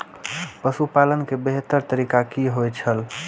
पशुपालन के बेहतर तरीका की होय छल?